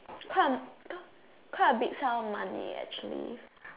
quite quite a big sum of money actually